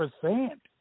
percent